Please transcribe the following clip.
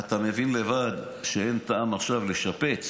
אתה מבין לבד שאין טעם עכשיו לשפץ